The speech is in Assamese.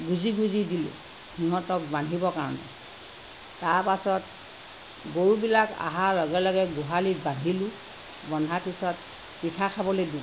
গোঁজি গোঁজি দিলোঁ সিহঁতক বান্ধিবৰ কাৰণে তাৰপাছত গৰুবিলাক অহাৰ লগে লগে গোহালিত বান্ধিলোঁ বন্ধাৰ পিছত পিঠা খাবলৈ দিলোঁ